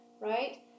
right